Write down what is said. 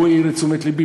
הוא העיר את תשומת לבי,